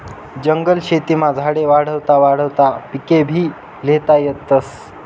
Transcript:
जंगल शेतीमा झाडे वाढावता वाढावता पिकेभी ल्हेता येतस